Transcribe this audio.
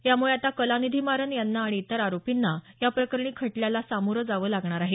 यामुळे आता कलानिधी मारन यांना आणि इतर आरोपींना याप्रकरणी खटल्याला सामोर जावं लागणार आहे